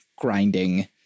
grinding